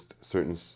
certain